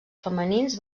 femenins